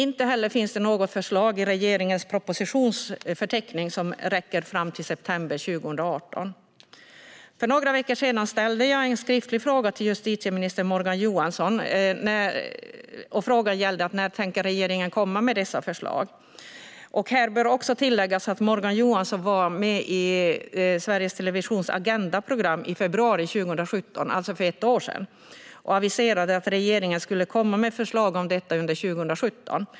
Inte heller finns något förslag i regeringens propositionsförteckning, som räcker fram till september 2018. För några veckor sedan ställde jag en skriftlig fråga till justitieminister Morgan Johansson. Den gällde när regeringen tänker komma med dessa förslag. Här bör också tilläggas att Morgan Johansson var med i Sveriges Televisions program Agenda i februari 2017, alltså för ett år sedan, och aviserade att regeringen skulle komma med förslag om detta under 2017.